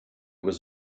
was